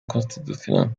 constitucional